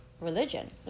religion